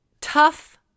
tough